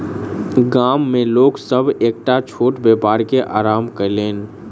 गाम में लोक सभ एकटा छोट व्यापार के आरम्भ कयलैन